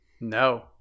No